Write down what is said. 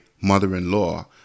mother-in-law